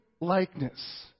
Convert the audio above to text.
likeness